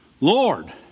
Lord